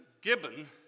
Gibbon